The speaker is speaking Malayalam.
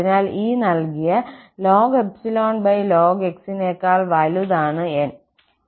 അതിനാൽ ഈ നൽകിയ x നേക്കാൾ വലുതാണ് 𝑁